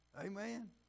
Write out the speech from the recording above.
Amen